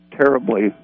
terribly